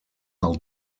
del